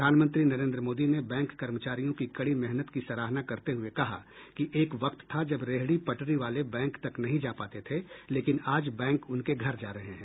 प्रधानमंत्री नरेन्द्र मोदी ने बैंक कर्मचारियों की कड़ी मेहनत की सराहना करते हुये कहा कि एक वक्त था जब रेहड़ी पटरी वाले बैंक तक नहीं जा पाते थे लेकिन आज बैंक उनके घर जा रहे हैं